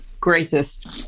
greatest